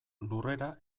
lurrera